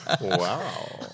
Wow